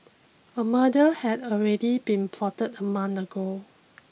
a murder had already been plotted a month ago